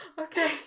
Okay